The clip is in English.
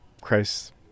Christ